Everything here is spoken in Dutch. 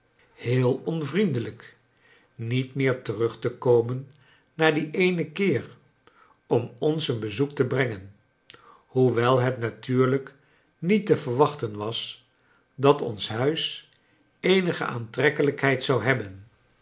heel onvriendelijk niet meer terug te komen na dien eenen keer om ons een bezoek te brengen hoewel het natuurlijk niet te verwachten was dat ons huis eenige aantrekkelijkheid zou hebben